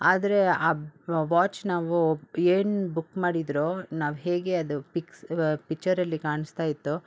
ಆದರೆ ಆ ವಾಚ್ ನಾವು ಏನು ಬುಕ್ ಮಾಡಿದ್ರೋ ನಾವು ಹೇಗೆ ಅದು ಪಿಕ್ಸ್ ಪಿಚ್ಚರಲ್ಲಿ ಕಾಣಿಸ್ತಾ ಇತ್ತೋ